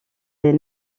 les